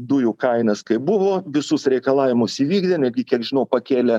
dujų kainas kaip buvo visus reikalavimus įvykdė netgi kiek žinau pakėlė